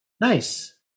Nice